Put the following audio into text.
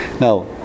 Now